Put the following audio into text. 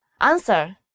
answer